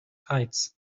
heights